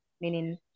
meaning